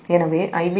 எனவே IbIc